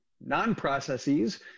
non-processes